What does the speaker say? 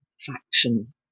faction